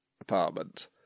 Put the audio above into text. apartment